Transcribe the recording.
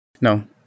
No